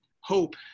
hope